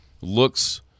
looks